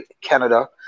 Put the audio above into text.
Canada